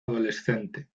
adolescente